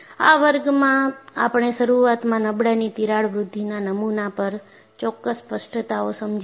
આ વર્ગમાં આપણે શરૂઆતમાં નબળાઈની તિરાડ વૃદ્ધિના નમુના પર ચોક્કસ સ્પષ્ટતાઓ સમજી છે